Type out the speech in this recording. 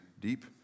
deep